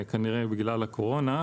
כנראה בגלל הקורונה,